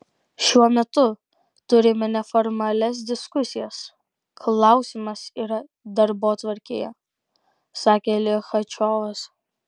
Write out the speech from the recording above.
šiuo metu turime neformalias diskusijas klausimas yra darbotvarkėje sakė lichačiovas